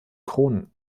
kronen